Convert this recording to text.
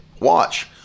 watch